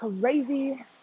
crazy